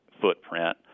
footprint